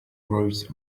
grows